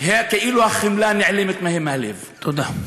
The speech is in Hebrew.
כאילו החמלה נעלמת להם מהלב, תודה.